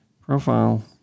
Profile